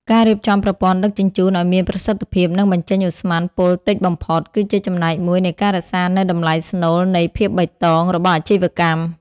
ការរៀបចំប្រព័ន្ធដឹកជញ្ជូនឱ្យមានប្រសិទ្ធភាព និងបញ្ចេញឧស្ម័នពុលតិចបំផុត គឺជាចំណែកមួយនៃការរក្សានូវតម្លៃស្នូលនៃ "ភាពបៃតង" របស់អាជីវកម្ម។